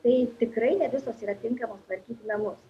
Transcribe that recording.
tai tikrai ne visos yra tinkamos tvarkyti namus